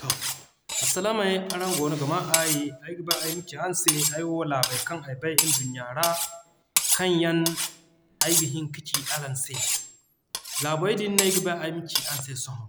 To, arsilaamay araŋ goono ga maa aayi. Ayga ba ay ma ci araŋ se Laabey kaŋ ay bay nduɲɲa ra kaŋ yaŋ ay ga hin ka ci araŋ se. Laabey din no ayga ba ay ma ci araŋ se sohõ.